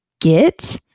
get